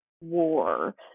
war